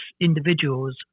individuals